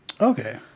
Okay